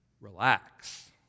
Relax